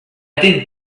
didn’t